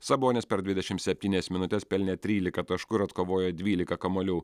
sabonis per dvidešimt septynias minutes pelnė tryliką taškų ir atkovojo dvyliką kamuolių